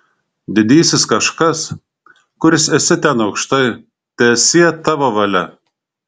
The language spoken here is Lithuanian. didysis kažkas kuris esi ten aukštai teesie tavo valia